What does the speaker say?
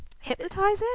hypnotizing